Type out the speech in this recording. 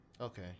Okay